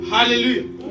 Hallelujah